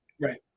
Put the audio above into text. right